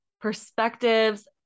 perspectives